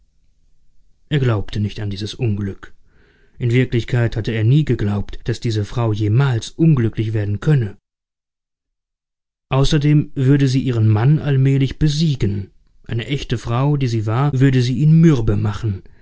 er glaubte nicht an dieses unglück in wirklichkeit hatte er nie geglaubt daß diese frau jemals unglücklich werden könne außerdem würde sie ihren mann allmählich besiegen eine echte frau die sie war würde sie ihn mürbe machen